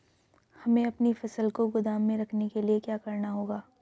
हमें अपनी फसल को गोदाम में रखने के लिये क्या करना होगा?